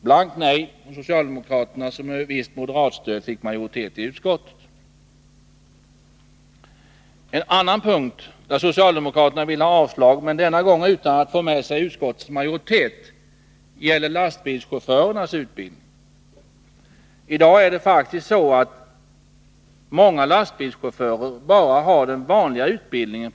Men socialdemokraterna säger blankt nej och får genom ett visst stöd från moderaterna majoritet i utskottet. En annan punkt, där socialdemokraterna vill ha avslag men inte fått majoriteten i utskottet med sig, gäller lastbilschaufförernas utbildning. I dag har faktiskt många lastbilschaufförer bara den vanliga personbilsutbildningen.